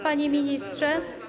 Panie Ministrze!